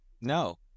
No